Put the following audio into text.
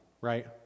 right